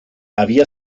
había